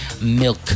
milk